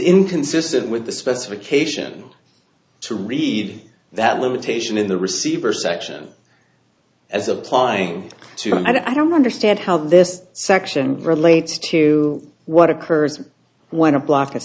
inconsistent with the specification to read that limitation in the receiver section as applying to and i don't understand how this section relates to what occurs when a block of